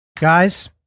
guys